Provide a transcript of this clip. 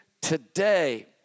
today